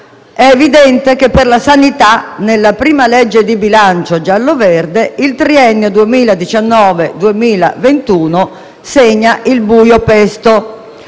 è evidente che per la sanità nella prima legge di bilancio giallo-verde il triennio 2019-2021 segna il buio pesto.